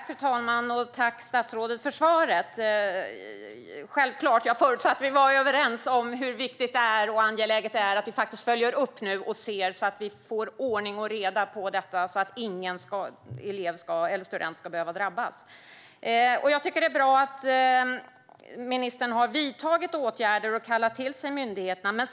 Fru talman! Tack, statsrådet, för svaret! Jag förutsatte självklart att vi var överens om hur viktigt och angeläget det är att vi faktiskt följer upp och ser till att vi får ordning och reda i detta så att ingen student ska behöva drabbas. Jag tycker att det är bra att ministern har vidtagit åtgärder och kallat till sig myndigheterna.